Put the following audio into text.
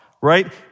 right